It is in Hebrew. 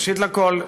ראשית לכול,